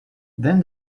then